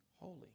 holy